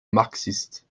marxiste